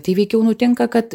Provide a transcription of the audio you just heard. tai veikiau nutinka kad